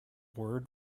word